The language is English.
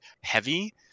heavy